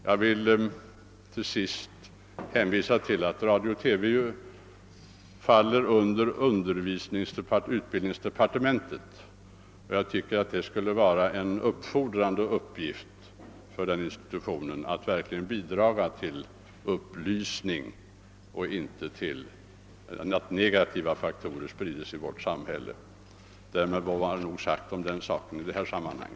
Jag vill till sist hänvisa till att radio och TV ju hör under utbildningsdepartementet. Det borde vara en uppfordrande och angelägen uppgift för den. institutionen att verkligen bidra till upplysning och se till att inte några negativa faktorer sprids i vårt samhälle. Därmed får det vara nog sagt om den saken i detta sammanhang.